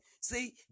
see